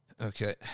okay